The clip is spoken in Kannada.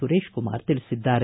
ಸುರೇಶ್ಕುಮಾರ್ ತಿಳಿಸಿದ್ದಾರೆ